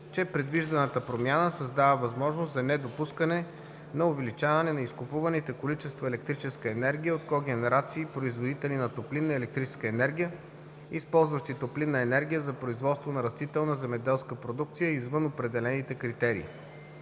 че предвижданата промяна създава възможност за недопускане на увеличаване на изкупуваните количества електрическа енергия от когенерации – производители на топлинна и електрическа енергия, използващи топлинна енергия за производство на растителна земеделска продукция извън определените критерии.